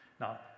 Now